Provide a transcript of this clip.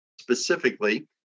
specifically